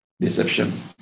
deception